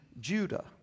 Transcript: Judah